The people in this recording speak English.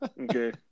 Okay